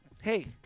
hey